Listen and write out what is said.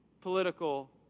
political